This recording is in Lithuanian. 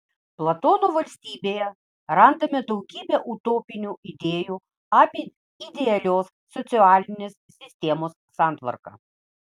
platono valstybėje randame daugybę utopinių idėjų apie idealios socialinės sistemos santvarką